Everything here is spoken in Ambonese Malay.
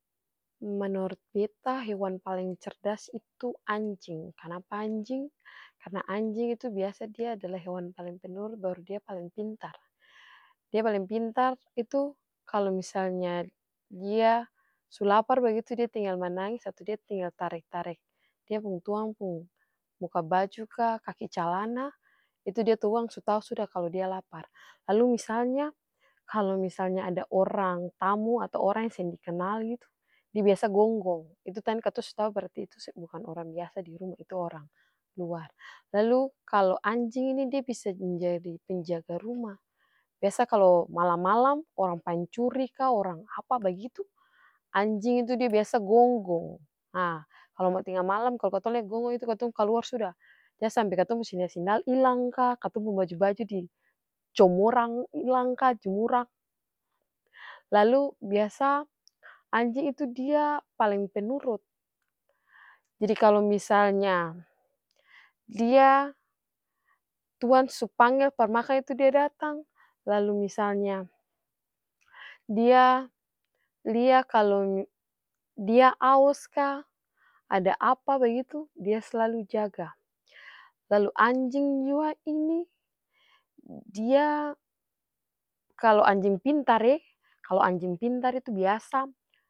Menurut beta hewan paleng cerdas itu anjing kanapa anjing karna anjing itu biasa dia adalah hewan paling penurut baru dia paling pintar, dia paling pintar itu kalu misalnya dia su lapar bagitu dia tinggal manangis atau dia tinggal tarek dia pung tuang pung muka baju ka kaki calana, itu dia tuang su tau suda kalu dia lapar. Lalu misalnya kalu misalnya ada orang tamu atau orang yang seng dikenal gitu dia biasa gonggong itukan katong su tau berarti bukan orang biasa dirumah itu orang luar. Lalu kalu anjingini dia bisa menjadi penjaga rumah biasa kalu malam-malam orang pancuri ka orang apa bagitu anjing itu biasa dia gonggong, kalu mo tenga malam kalu katong lia gonggong itu katong kaluar suda jang sampe katong pung sendal-sendal ilang ka katong pung baju-baju dijumurang ilang ka jumurang. Lalu biasa anjing itu dia paling penurut jadi kalo misalnya dia tuang su panggel par makang itu dia datang lalu misalnya dia lia kalu dia aos ka ada apa bagitu dia slalu jaga, lalu anjing jua ini dia kalu anjing pintare kalu anjing pintar itu biasa.